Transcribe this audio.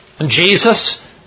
Jesus